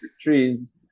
trees